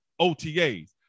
OTAs